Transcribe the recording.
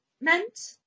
meant